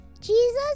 Jesus